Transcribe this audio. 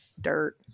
dirt